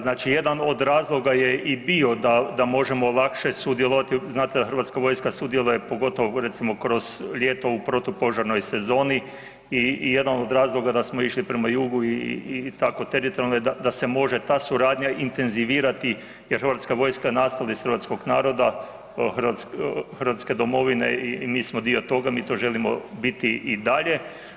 Znači, jedan od razloga je bio da možemo lakše sudjelovati, znate da Hrvatska vojska sudjeluje pogotovo recimo kroz ljeto u protupožarnoj sezoni i jedan od razloga da smo išli prema jugu i tako teritorijalno da se može ta suradnja intenzivirati jer Hrvatska vojska je nastala iz hrvatskog naroda, hrvatske domovine i mi smo dio toga, mi to želimo biti i dalje.